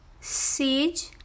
sage